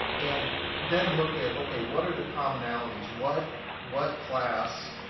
and then look at okay, what are the commonalities? what what class?